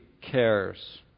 cares